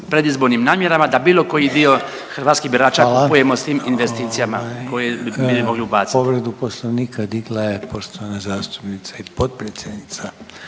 predizbornim namjerama da bilo koji dio hrvatskih birača kupujemo sa tim investicijama koje bi mogli ubaciti.